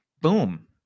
Boom